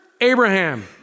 Abraham